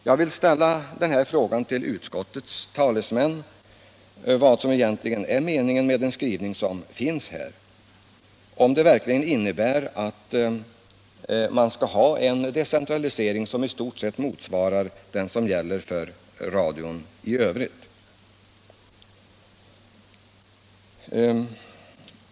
Jag vill därför fråga utskottets talesmän, vad som egentligen är meningen med den skrivning som finns här. Innebär den verkligen att man skall ha en decentralisering som i stort sett motsvarar den som gäller för radion i övrigt?